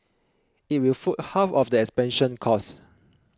it will foot half of the expansion costs